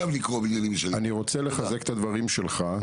אני רוצה לחזק את הדברים שלך.